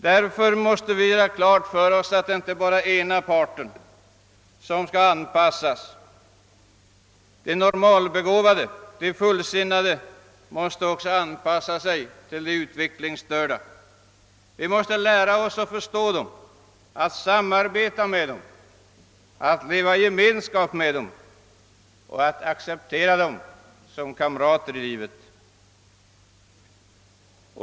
Därför måste vi göra klart för oss att det inte bara är den ena parten som skall anpassas — de normalbegåvade, de fullsinnade måste också anpassa sig till de utvecklingsstörda. Vi måste lära oss att förstå de utvecklingsstörda, att samarbeta med dem, att leva i gemenskap med dem och att acceptera dem som kamrater i livet.